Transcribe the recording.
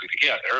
together